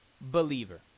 believer